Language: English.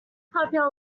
popular